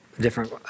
different